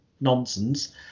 nonsense